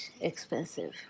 expensive